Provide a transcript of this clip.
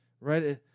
right